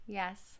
yes